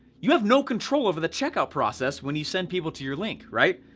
you have no control over the checkout process when you send people to your link, right?